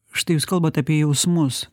štai jūs kalbat apie jausmus